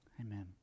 Amen